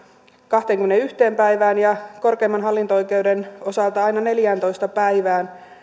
kahteenkymmeneenyhteen päivään ja korkeimman hallinto oikeuden osalta aina neljääntoista päivään